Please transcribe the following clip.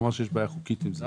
אמר שיש בעיה חוקית עם זה.